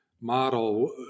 model